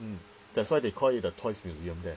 that's why they call it the toys museum there